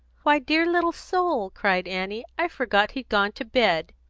why, dear little soul! cried annie. i forgot he'd gone to bed.